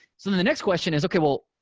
so the next question is, okay. well,